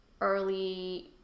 early